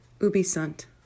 Ubi-Sunt